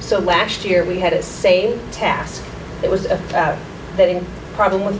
so last year we had a same task it was a problem with